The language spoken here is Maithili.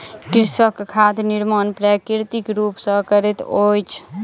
कृषक खाद निर्माण प्राकृतिक रूप सॅ करैत अछि